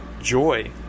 joy